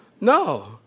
No